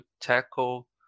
tackle